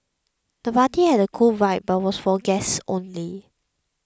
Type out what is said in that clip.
the party had a cool vibe but was for guests only